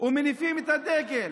ומניפים את הדגל.